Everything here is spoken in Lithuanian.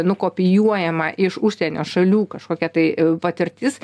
nukopijuojama iš užsienio šalių kažkokia tai patirtis